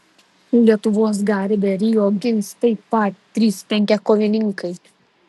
lietuvos garbę rio gins taip pat trys penkiakovininkai